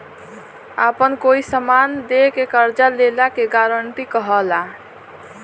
आपन कोई समान दे के कर्जा लेला के गारंटी कहला